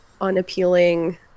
unappealing